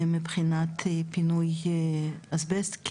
מבחינת פינוי אסבסט,